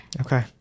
okay